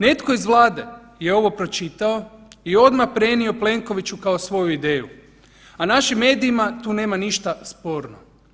Netko iz Vlade je ovo pročitao i odmah prenio Plenkoviću kao svoju ideju, a našim medijima tu nema ništa sporno.